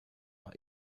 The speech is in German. war